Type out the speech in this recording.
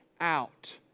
out